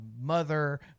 mother